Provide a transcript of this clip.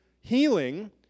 healing